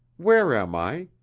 where am i.